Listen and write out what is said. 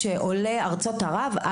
שעולי ארצות ערב,